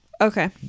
okay